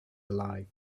alive